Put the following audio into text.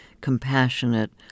compassionate